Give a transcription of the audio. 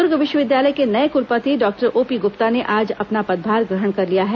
दुर्ग विश्वविद्यालय के नए कुलपति डॉ ओपी गुप्ता ने आज अपना पदभार ग्रहण कर लिया है